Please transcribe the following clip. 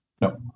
no